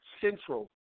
central